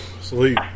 Sleep